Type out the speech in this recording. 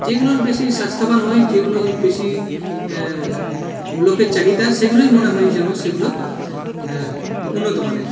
যেগুলোর বেশী স্বাস্থ্যবান হয় যেগুলো বেশী লোকের চাহিদা সেগুলোই মনে হয় যেন সেগুলো উন্নতমানের